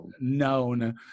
known